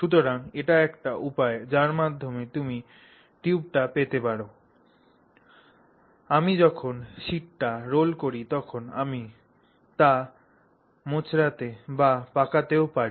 সুতরাং এটি একটি উপায় যার মাধ্যমে তুমি টিউবটি পেতে পার আমি যখন শীটটি রোল করি তখন আমি তা মোচড়াতে বা পাকাতেও পারি